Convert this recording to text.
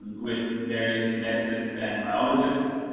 with various geneticists and biologists.